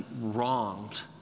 wronged